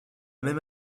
même